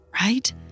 right